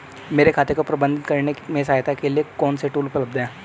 मेरे खाते को प्रबंधित करने में सहायता के लिए कौन से टूल उपलब्ध हैं?